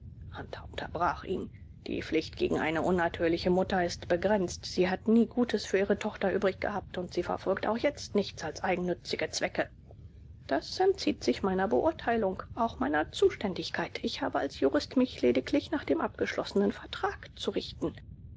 hunter unterbrach ihn die pflicht gegen eine unnatürliche mutter ist begrenzt sie hat nie gutes für ihre tochter übrig gehabt und sie verfolgt auch jetzt nichts als eigennützige zwecke das entzieht sich meiner beurteilung auch meiner zuständigkeit ich habe als jurist mich lediglich nach dem abgeschlossenen vertrag zu richten